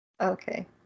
Okay